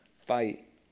fight